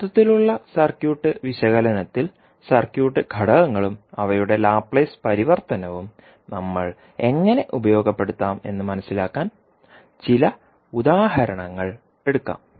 മൊത്തത്തിലുള്ള സർക്യൂട്ട് വിശകലനത്തിൽ സർക്യൂട്ട് ഘടകങ്ങളും അവയുടെ ലാപ്ലേസ് പരിവർത്തനവും നമ്മൾ എങ്ങനെ ഉപയോഗപ്പെടുത്താമെന്ന് മനസിലാക്കാൻ ചില ഉദാഹരണങ്ങൾ എടുക്കാം